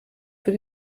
für